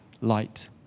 light